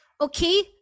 Okay